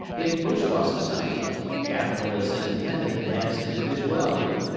in bourgeois society capital is independent and has individuality,